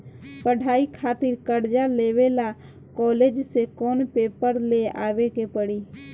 पढ़ाई खातिर कर्जा लेवे ला कॉलेज से कौन पेपर ले आवे के पड़ी?